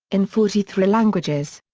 in forty three languages.